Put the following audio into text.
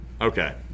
Okay